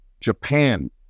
Japan